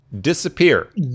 disappear